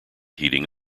heating